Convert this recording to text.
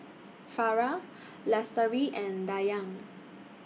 Farah Lestari and Dayang